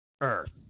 earth